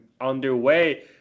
underway